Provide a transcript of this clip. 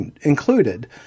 included